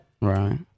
Right